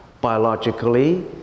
biologically